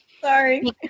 sorry